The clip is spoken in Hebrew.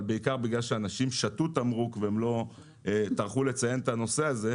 בעיקר בגלל שאנשים שתו תמרוק והם לא טרחו לציין את הנושא הזה,